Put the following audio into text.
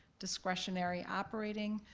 discretionary operating,